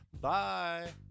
bye